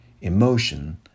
emotion